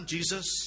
Jesus